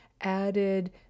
added